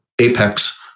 apex